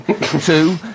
Two